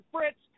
Fritz